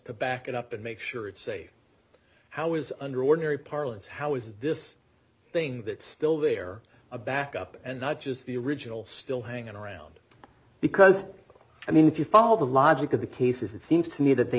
to back it up and make sure it's safe how is under ordinary parlance how is this thing that still there a back up and not just the original still hanging around because i mean if you follow the logic of the paces it seems to me that they